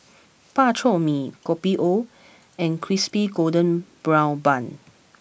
Bak Chor Mee Kopi O and Crispy Golden Brown Bun